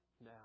Now